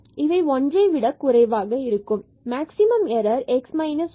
இவை ஒன்றை விட குறைவாக இருக்கும் மார்க்சிமம் எரர் x 1 0